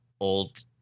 old